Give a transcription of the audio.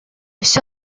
все